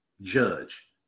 judge